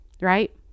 right